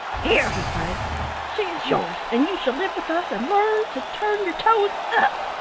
here! he cried she is yours, and you shall live with us, and learn to turn your toes up,